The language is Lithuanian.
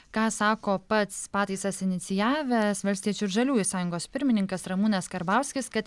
ką sako pats pataisas inicijavęs valstiečių ir žaliųjų sąjungos pirmininkas ramūnas karbauskis kad